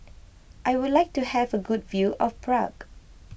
I would like to have a good view of Prague